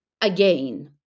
again